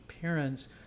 parents